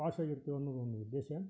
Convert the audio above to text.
posh ಆಗಿರ್ತೀವಿ ಅನ್ನೋದೊಂದು ಉದ್ದೇಶ